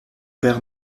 père